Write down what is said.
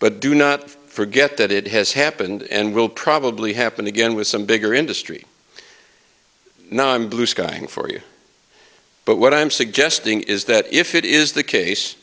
but do not forget that it has happened and will probably happen again with some bigger industry now i'm blue skying for you but what i'm suggesting is that if it is the case